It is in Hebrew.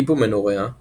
היפו-מנוריאה